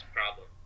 problem